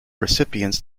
recipients